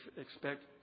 expect